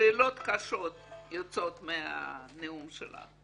שאלות קשות יוצאות מהנאום שלך.